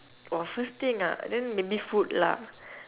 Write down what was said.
!wah! first thing ah then maybe food lah